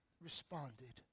responded